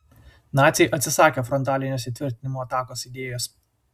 naciai atsisakė frontalinės įtvirtinimų atakos idėjos